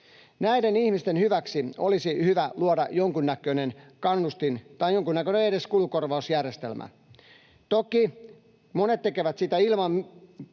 Näiden ihmisten hyväksi olisi hyvä luoda jonkunnäköinen kannustin tai edes jonkunnäköinen kulukorvausjärjestelmä. Toki monet tekevät sitä ilman